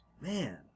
Man